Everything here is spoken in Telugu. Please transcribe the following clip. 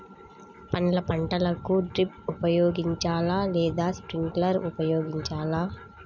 పండ్ల పంటలకు డ్రిప్ ఉపయోగించాలా లేదా స్ప్రింక్లర్ ఉపయోగించాలా?